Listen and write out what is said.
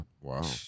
Wow